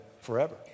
forever